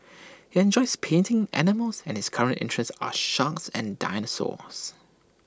he enjoys painting animals and his current interests are sharks and dinosaurs